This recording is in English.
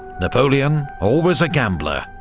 napoleon, always a gambler,